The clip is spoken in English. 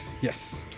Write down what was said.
Yes